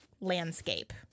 landscape